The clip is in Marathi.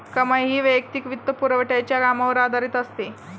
कमाई ही वैयक्तिक वित्तपुरवठ्याच्या कामावर आधारित असते